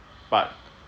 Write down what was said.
but